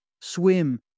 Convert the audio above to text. swim